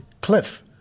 Cliff